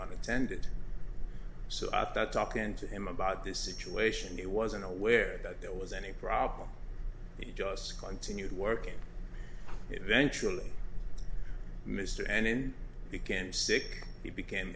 unintended so i thought talking to him about this situation he wasn't aware that there was any problem he just continued working eventually mr and in became sick he became